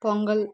pongal